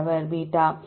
மாணவர் பீட்டா